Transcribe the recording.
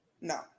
No